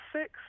six